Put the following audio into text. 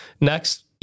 Next